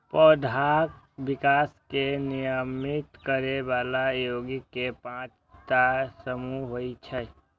पौधाक विकास कें नियमित करै बला यौगिक के पांच टा समूह होइ छै